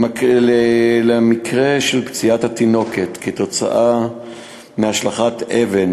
למקרה של פציעת התינוקת כתוצאה מהשלכת אבן,